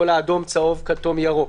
כל האדום-צהוב-כתום-ירוק.